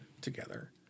together